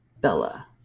Bella